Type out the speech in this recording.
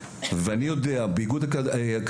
הוציא אלופים גם בארץ וגם